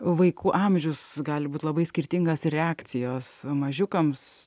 vaikų amžius gali būt labai skirtingas ir reakcijos mažiukams